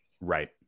right